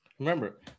Remember